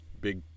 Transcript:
big